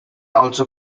also